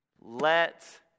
Let